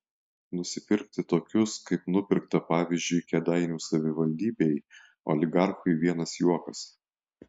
nusipirkti tokius kaip nupirkta pavyzdžiui kėdainių savivaldybėj oligarchui vienas juokas